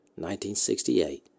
1968